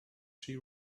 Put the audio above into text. she